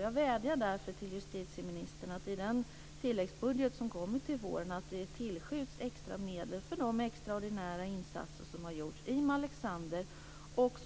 Jag vädjar därför till justitieministern att i den tilläggsbudget som läggs fram till våren skjuta till extra medel för de extraordinära insatser som har gjorts i Malexander och